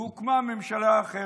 והוקמה ממשלה אחרת.